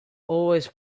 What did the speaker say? always